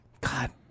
God